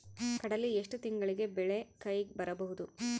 ಕಡಲಿ ಎಷ್ಟು ತಿಂಗಳಿಗೆ ಬೆಳೆ ಕೈಗೆ ಬರಬಹುದು?